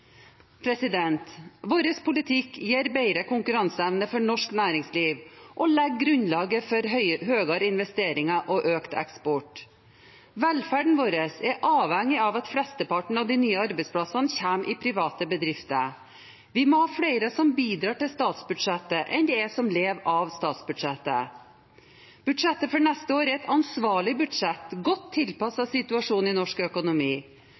framtiden. Vår politikk gir bedre konkurranseevne for norsk næringsliv og legger grunnlaget for høyere investeringer og økt eksport. Velferden vår er avhengig av at flesteparten av de nye arbeidsplassene kommer i private bedrifter. Vi må ha flere som bidrar til statsbudsjettet, enn som lever av statsbudsjettet. Budsjettet for neste år er et ansvarlig budsjett, godt tilpasset situasjonen i norsk økonomi.